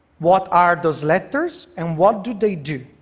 what are those letters, and what do they do?